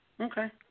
Okay